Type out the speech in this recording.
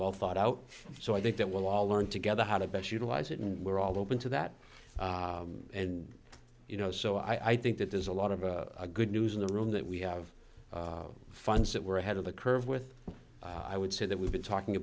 well thought out so i think that we'll all learn together how to best utilize it and we're all open to that and you know so i think that there's a lot of a good news in the room that we have funds that we're ahead of the curve with i would say that we've been talking